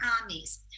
armies